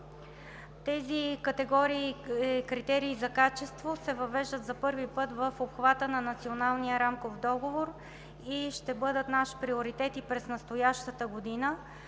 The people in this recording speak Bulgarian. Тези категории критерии за качество се въвеждат за първи път в обхвата на Националния рамков договор и ще бъдат наш приоритет и през настоящата година.